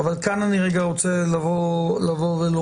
אבל כאן אני רגע רוצה לבוא ולומר,